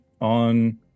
on